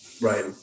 Right